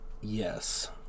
Yes